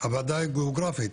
הוועדה הגיאוגרפית